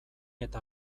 eta